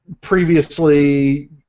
previously